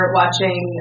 watching